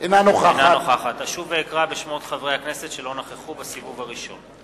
אינה נוכחת אשוב ואקרא בשמות חברי הכנסת שלא נכחו בסיבוב הראשון: